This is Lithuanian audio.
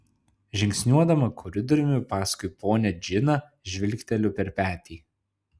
žingsniuodama koridoriumi paskui ponią džiną žvilgteliu per petį